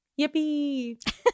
Yippee